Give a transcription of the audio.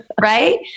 right